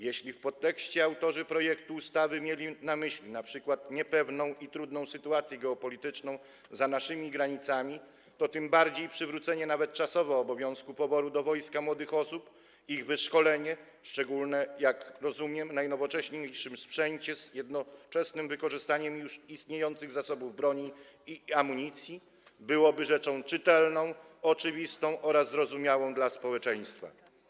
Jeśli w podtekście autorzy projektu ustawy mieli na myśli np. niepewną i trudną sytuację geopolityczną za naszymi granicami, to tym bardziej przywrócenie, nawet czasowo, obowiązku poboru do wojska młodych osób i ich wyszkolenie, szczególnie, jak rozumiem, na najnowocześniejszym sprzęcie, z jednoczesnym wykorzystaniem już istniejących zasobów broni i amunicji, byłoby rzeczą czytelną, oczywistą oraz zrozumiałą dla społeczeństwa.